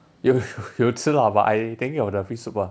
有有吃 lah but I thinking of the fish soup ah